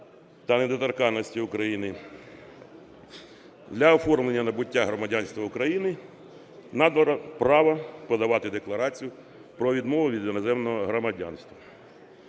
та недоторканності України, для оформлення набуття громадянства України надано право подавати декларацію про відмову від іноземного громадянства.